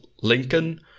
Lincoln